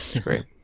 Great